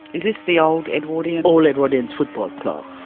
is this the old edwardian. old edwardians football club.